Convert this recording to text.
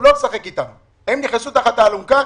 המסמך של משרד המשפטים מתייחס למעונות היום